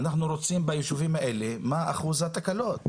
אנחנו רוצים ביישובים האלה מה אחוז התקלות.